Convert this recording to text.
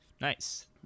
nice